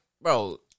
bro